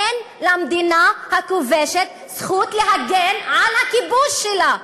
אין למדינה הכובשת זכות להגן על הכיבוש שלה.